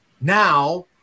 Now –